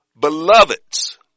beloveds